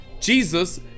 Jesus